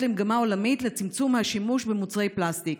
למגמה העולמית לצמצום השימוש במוצרי פלסטיק,